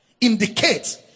indicates